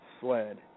sled